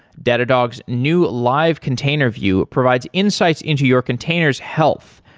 datadog's new live container view provides insights into your containers health,